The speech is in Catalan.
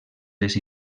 les